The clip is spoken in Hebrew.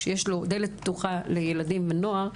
שיש לו דלת פתוחה לילדים ונוער,